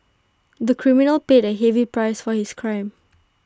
the criminal paid A heavy price for his crime